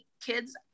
kids